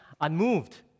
unmoved